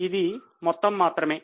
ఇది మొత్తము మాత్రమే